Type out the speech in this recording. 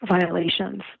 violations